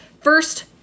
first